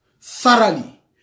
thoroughly